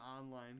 online